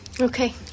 Okay